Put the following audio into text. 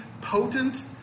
potent